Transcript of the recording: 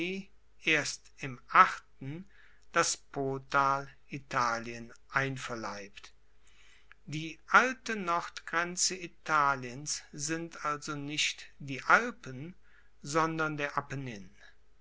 erst im achten das potal italien einverleibt die alte nordgrenze italiens sind also nicht die alpen sondern der